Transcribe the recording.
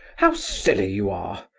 how silly you are!